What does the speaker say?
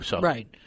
Right